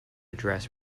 address